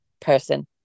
person